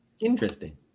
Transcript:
Interesting